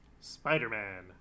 Spider-Man